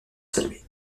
saluer